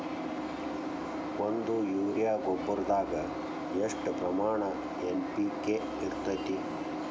ಒಂದು ಯೂರಿಯಾ ಗೊಬ್ಬರದಾಗ್ ಎಷ್ಟ ಪ್ರಮಾಣ ಎನ್.ಪಿ.ಕೆ ಇರತೇತಿ?